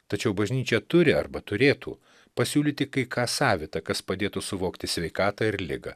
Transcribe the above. tačiau bažnyčia turi arba turėtų pasiūlyti kai ką savita kas padėtų suvokti sveikatą ir ligą